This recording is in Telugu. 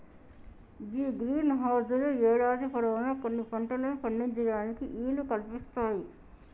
గీ గ్రీన్ హౌస్ లు యేడాది పొడవునా కొన్ని పంటలను పండించటానికి ఈలు కల్పిస్తాయి